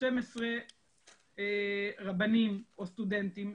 12 רבנים או סטודנטים,